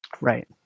Right